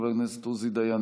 חבר הכנסת עוזי דיין,